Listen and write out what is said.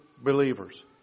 believers